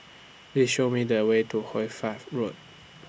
Please Show Me The Way to Hoy Fatt Road